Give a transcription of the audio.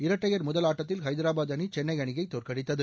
இரட்டையர் முதல் ஆட்டத்தில் ஹைதராபாத் அணி சென்னை அணியை தோற்கடித்தது